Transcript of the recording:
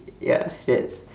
ya that